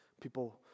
people